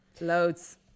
loads